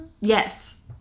Yes